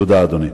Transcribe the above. תודה, אדוני.